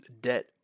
debt